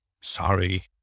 Sorry